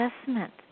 assessment